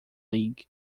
league